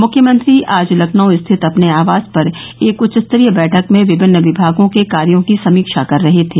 मुख्यमंत्री आज लखनऊ श्थित अपने आवास पर एक उच्चस्तरीय बैठक में विभिन्न विभागों के कार्यो की समीक्षा कर रहे थे